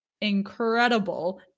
incredible